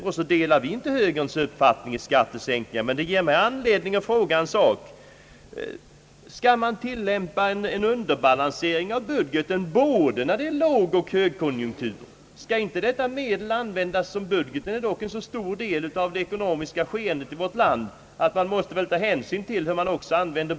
Centerpartiet delar inte högerns uppfattning beträffande skattesänkningar. Men statsministerns uttalande gav mig anledning att fråga en sak: Skall man tillämpa en underbalansering av budgeten både vid lågoch högkonjunktur? Budgeten är dock en så stor del av det ekonomiska skeendet i vårt land, att man måste ta hänsyn till också hur den används.